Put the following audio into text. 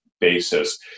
basis